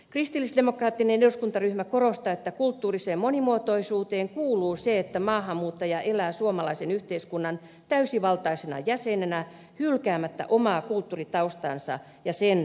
kristillisdemokraattinen eduskuntaryhmä korostaa että kulttuuriseen monimuotoisuuteen kuuluu se että maahanmuuttaja elää suomalaisen yhteiskunnan täysivaltaisena jäsenenä hylkäämättä omaa kulttuuritaustaansa ja sen arvoja